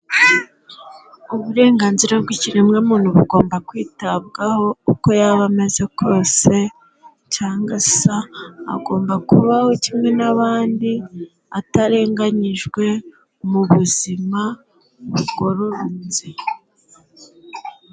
Uburenganzira bw'ikiremwamuntu bugomba kwitabwaho uko yaba ameze kose, cyangwa asa, agomba kubaho kimwe n'abandi atarenganyijwe mu buzima bugororotse.